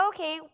Okay